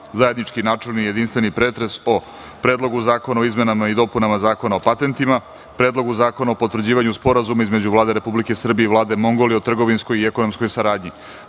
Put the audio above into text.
zajednički načelni i jedinstveni pretres o: Predlogu zakona o izmenama i dopunama Zakona o patentima; Predlogu zakona o potvrđivanju Sporazuma između Vlade Republike Srbije i Vlade Mongolije o trgovinskoj i ekonomskoj saradnji;